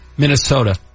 Minnesota